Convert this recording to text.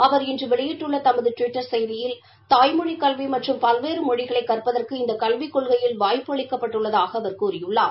அவர் இன்று வெளியிட்டுள்ள தமது டுவிட்டர் செய்தியில் தாய்மொழி கல்வி மற்றும் பல்வேறு மொழிகளை கற்பதற்கு இந்த கல்வி கொள்கையில் வாய்ப்பு அளிக்கப்பட்டுள்ளதாக அவர் கூறியுள்ளார்